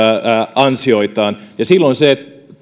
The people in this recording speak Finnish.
ansioitaan ja silloin se